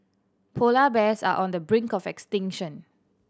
polar bears are on the brink of extinction